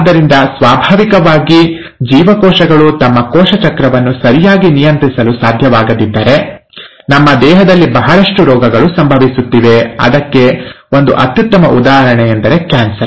ಆದ್ದರಿಂದ ಸ್ವಾಭಾವಿಕವಾಗಿ ಜೀವಕೋಶಗಳು ತಮ್ಮ ಕೋಶ ಚಕ್ರವನ್ನು ಸರಿಯಾಗಿ ನಿಯಂತ್ರಿಸಲು ಸಾಧ್ಯವಾಗದಿದ್ದರೆ ನಮ್ಮ ದೇಹದಲ್ಲಿ ಬಹಳಷ್ಟು ರೋಗಗಳು ಸಂಭವಿಸುತ್ತಿವೆ ಅದಕ್ಕೆ ಒಂದು ಅತ್ಯುತ್ತಮ ಉದಾಹರಣೆ ಎಂದರೆ ಕ್ಯಾನ್ಸರ್